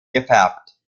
gefärbt